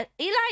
Eli